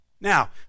Now